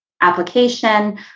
application